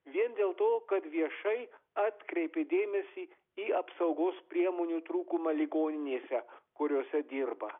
vien dėl to kad viešai atkreipė dėmesį į apsaugos priemonių trūkumą ligoninėse kuriose dirba